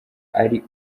ari